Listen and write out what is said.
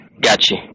Gotcha